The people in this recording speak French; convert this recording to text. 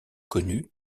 connu